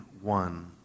one